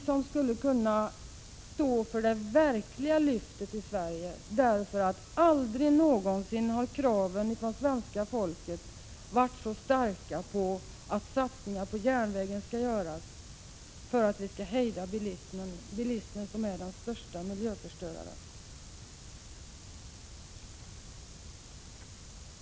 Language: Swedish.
SJ skulle kunna stå för det verkliga lyftet i Sverige. Aldrig någonsin tidigare har nämligen kraven från svenska folket varit så starka på att satsningar skall göras på SJ för att hejda bilismen, som är den största miljöförstöraren.